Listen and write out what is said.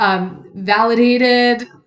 validated